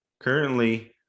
currently